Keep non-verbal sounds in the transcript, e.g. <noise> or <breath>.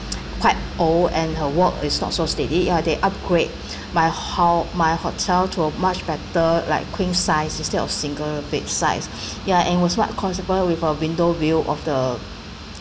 <noise> quite old and her walk is not so steady uh they upgrade <breath> my how my hotel to a much better like queen size instead of single bed size <breath> ya and was quite comfortable with a window view of the